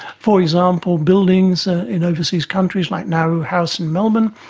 for example, buildings in overseas countries, like nauru house in melbourne,